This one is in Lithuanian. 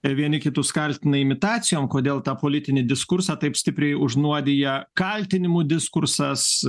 vieni kitus kaltina imitacijom kodėl tą politinį diskursą taip stipriai užnuodija kaltinimų diskursas